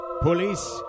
Police